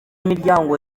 miryango